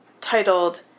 titled